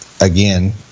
again